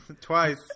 Twice